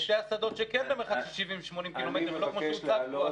שתי אסדות כן במרחק של 80-70 קילומטר ולא כמו שהוצג פה,